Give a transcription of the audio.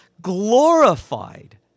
glorified